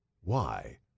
Why